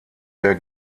der